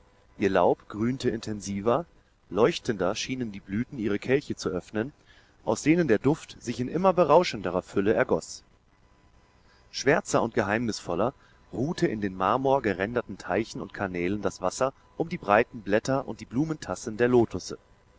ihr laub grünte intensiver leuchtender schienen die blüten ihre kelche zu öffnen aus denen der duft sich in immer berauschenderer fülle ergoß schwärzer und geheimnisvoller ruhte in den marmorgeränderten teichen und kanälen das wasser um die breiten blätter und die blumentassen der lotusse